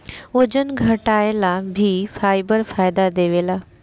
ओजन घटाएला भी फाइबर फायदा देवेला